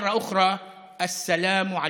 ולזכות הזאת, ופעם נוספת שלום עליכם.)